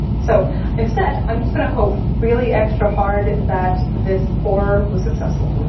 so instead, i'm just gonna hope really extra hard that this pour was successful.